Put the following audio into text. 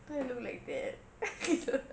do I look like that